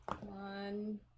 one